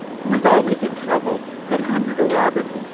who was always in trouble, had hunted a rabbit,